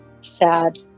sad